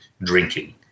drinking